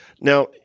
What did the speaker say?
Now